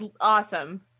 awesome